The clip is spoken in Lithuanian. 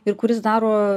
ir kuris daro